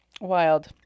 wild